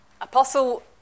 Apostle